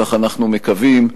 כך אנחנו מקווים,